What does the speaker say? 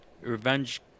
Revenge